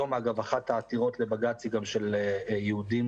היום אחת העתירות לבג"ץ היא גם של יהודים